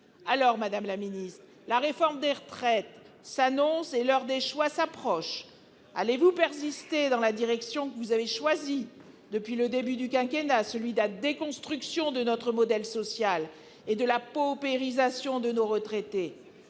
CGT ! Madame la ministre, la réforme des retraites s'annonce et l'heure des choix approche. Allez-vous persister dans la direction que vous avez choisie depuis le début du quinquennat, à savoir la déconstruction de notre modèle social et la paupérisation de tous les retraités ?